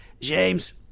James